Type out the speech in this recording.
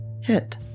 hit